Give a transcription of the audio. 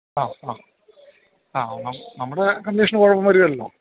ആ ആ ആ ആ നമുക്ക് കണ്ടീഷന് കുഴപ്പം വരികേലല്ലോ